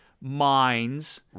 minds